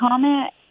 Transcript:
comment